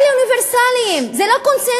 אלה אוניברסליים, זה לא קונסנזוס.